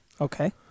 Okay